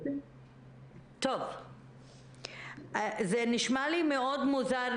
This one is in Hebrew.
זה נשמע לי מאוד מוזר,